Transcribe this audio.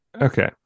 Okay